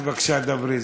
בבקשה, דברי.